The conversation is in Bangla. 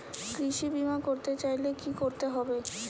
কৃষি বিমা করতে চাইলে কি করতে হবে?